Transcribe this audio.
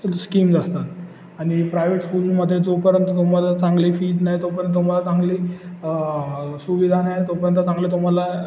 schemes असतात आणि private स्कूलमध्ये जोपर्यंत तुम्हाला चांगली फीज नाही तोपर्यंत तुम्हाला चांगली सुविधा नाही तोपर्यंत चांगलं तुम्हाला